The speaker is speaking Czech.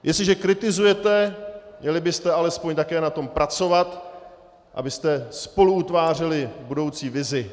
Jestliže kritizujete, měli byste aspoň také na tom pracovat, abyste spoluutvářeli budoucí vizi.